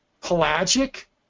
pelagic